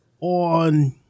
on